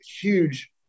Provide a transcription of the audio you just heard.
huge